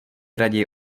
raději